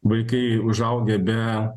vaikai užaugę be